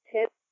tips